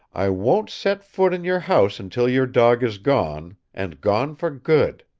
i won't set foot in your house until your dog is gone and gone for good.